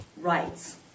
rights